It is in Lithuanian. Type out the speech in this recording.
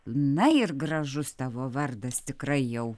na ir gražus tavo vardas tikrai jau